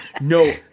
No